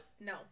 no